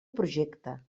projecte